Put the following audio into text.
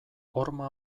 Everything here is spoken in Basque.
horma